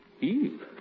Eve